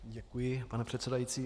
Děkuji, pane předsedající.